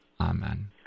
Amen